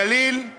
הגליל הוא